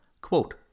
Quote